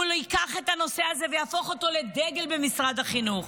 הוא ייקח את הנושא הזה ויהפוך אותו לדגל במשרד החינוך,